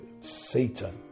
Satan